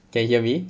can hear me